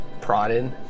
prodded